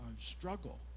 struggle